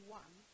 one